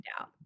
out